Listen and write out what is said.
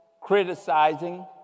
criticizing